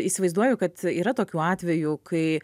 įsivaizduoju kad yra tokių atvejų kai